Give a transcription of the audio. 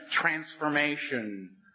transformation